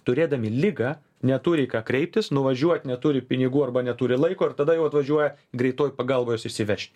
turėdami ligą neturi į ką kreiptis nuvažiuot neturi pinigų arba neturi laiko ir tada jau atvažiuoja greitoji pagalba juos išsivežti